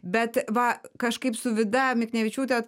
bet va kažkaip su vida miknevičiūte